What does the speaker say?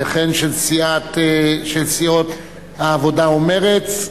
וכן של סיעות העבודה ומרצ.